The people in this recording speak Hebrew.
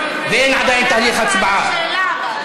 ואין עדיין תהליך הצבעה.